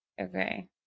Okay